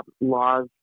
Laws